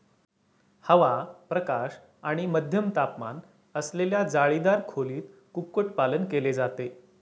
हवा, प्रकाश आणि मध्यम तापमान असलेल्या जाळीदार खोलीत कुक्कुटपालन केले जाते